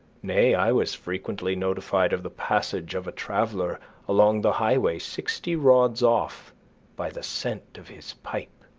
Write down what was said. nay, i was frequently notified of the passage of a traveller along the highway sixty rods off by the scent of his pipe.